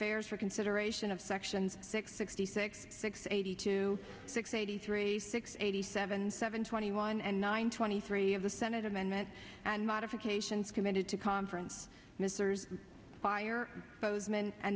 fairs for consideration of sections six sixty six six eighty two six eighty three six eighty seven seven twenty one and nine twenty three of the senate amendment and modifications committed to conference